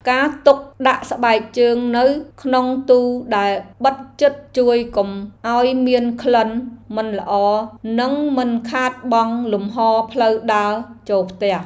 ការទុកដាក់ស្បែកជើងនៅក្នុងទូដែលបិទជិតជួយកុំឱ្យមានក្លិនមិនល្អនិងមិនខាតបង់លំហរផ្លូវដើរចូលផ្ទះ។